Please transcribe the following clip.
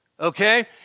Okay